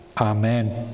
Amen